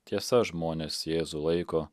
tiesa žmonės jėzų laiko